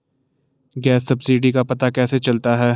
Gas subsidy का पता कैसे चलता है?